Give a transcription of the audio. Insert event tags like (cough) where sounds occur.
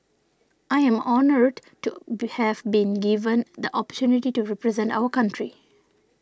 I am honoured to (noise) have been given the opportunity to represent our country